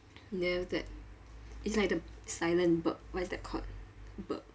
then after that it's like the silent burp what is that called burp